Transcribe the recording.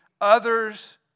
others